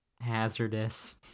hazardous